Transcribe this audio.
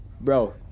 Bro